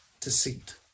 deceit